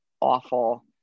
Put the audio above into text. awful